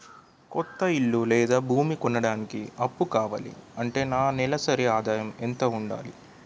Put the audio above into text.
కొత్త ఇల్లు లేదా భూమి కొనడానికి అప్పు కావాలి అంటే నా నెలసరి ఆదాయం ఎంత ఉండాలి?